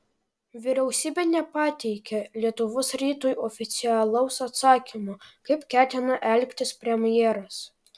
vyriausybė nepateikė lietuvos rytui oficialaus atsakymo kaip ketina elgtis premjeras